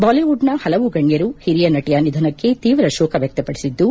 ಬಾಲಿವುಡ್ನ ಪಲವು ಗಣ್ಣರು ಹಿರಿಯ ನಟಿಯ ನಿಧನಕ್ಕೆ ತೀವ್ರ ಶೋಕ ವ್ಯಕ್ಷಪಡಿಸಿದ್ದು